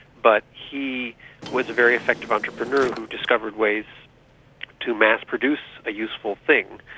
but he was a very effective entrepreneur who discovered ways to mass produce a useful thing,